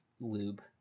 lube